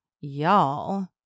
y'all